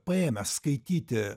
paėmęs skaityti